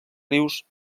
rius